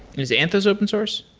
is anthos open source?